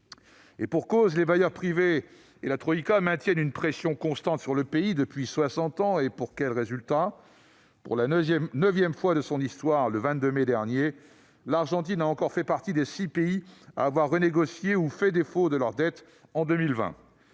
et pour cause : les bailleurs privés et la troïka maintiennent une pression constante sur le pays depuis soixante ans. Pour quel résultat ? Pour la neuvième fois de son histoire, le 22 mai dernier, l'Argentine a encore fait partie des six pays à avoir renégocié sa dette ou à avoir fait défaut en 2020.